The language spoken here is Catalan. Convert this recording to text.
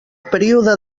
període